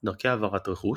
דרכי העברת רכוש,